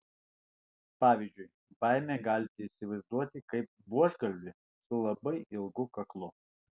pavyzdžiui baimę galite įsivaizduoti kaip buožgalvį su labai ilgu kaklu